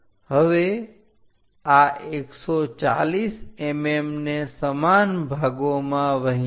હવે આ 140 mm ને સમાન ભાગોમાં વહેંચો